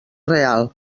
real